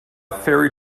ferry